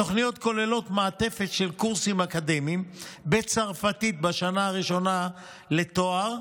התוכניות כוללות מעטפת של קורסים אקדמיים בצרפתית בשנה הראשונה לתואר,